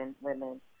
women